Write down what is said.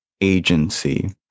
agency